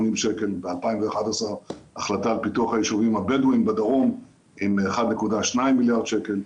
ב-2011 החלטה על פיתוח היישובים הבדואים בדרום עם 1.2 מיליארד שקל,